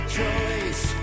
choice